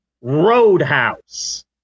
Roadhouse